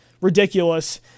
ridiculous